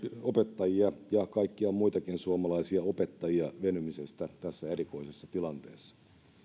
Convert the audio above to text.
opettajia ja kaikkia muitakin suomalaisia opettajia venymisestä tässä erikoisessa tilanteessa